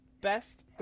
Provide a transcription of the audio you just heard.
best